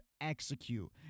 execute